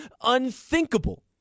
unthinkable